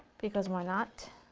because why not?